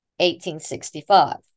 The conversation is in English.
1865